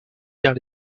vers